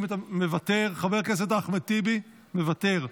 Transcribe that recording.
מוותר, חבר הכנסת אחמד טיבי, מוותר,